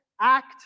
act